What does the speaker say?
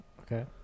Okay